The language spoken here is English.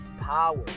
power